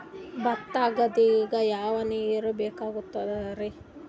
ಭತ್ತ ಗದ್ದಿಗ ಯಾವ ನೀರ್ ಬೇಕಾಗತದರೀ?